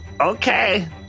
okay